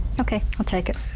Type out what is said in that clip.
ok, i'll take it.